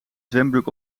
zwembroek